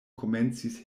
komencis